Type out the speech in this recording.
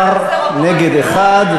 בעד 17, נגד, 1,